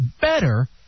better